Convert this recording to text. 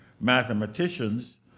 mathematicians